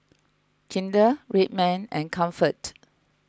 Kinder Red Man and Comfort